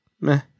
meh